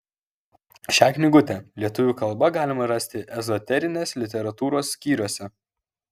šią knygutę lietuvių kalba galima rasti ezoterinės literatūros skyriuose